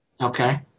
Okay